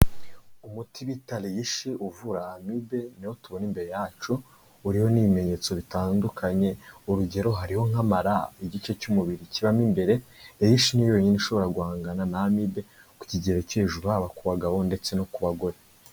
Umuti bita reyishi uvura amibe niwo tubona imbere yacu, uriho n'ibimenyetso bitandukanye. Urugero hariho nk'amara igice cy'umubiri kibamo imbere reyishi niyo yonyine ishobora guhangana na amibe ku kigero cyo hejuru haba ku bagabo ndetse no ku bagore.